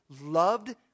loved